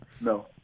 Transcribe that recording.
no